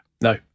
No